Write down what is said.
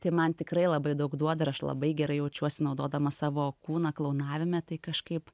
tai man tikrai labai daug duoda aš labai gerai jaučiuosi naudodama savo kūną klounavime tai kažkaip